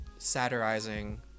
satirizing